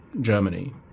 Germany